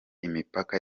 imipaka